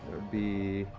be